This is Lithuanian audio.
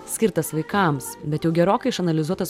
skirtas vaikams bet jau gerokai išanalizuotas